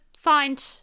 find